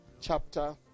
chapter